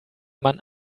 man